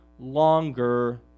longer